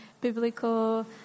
biblical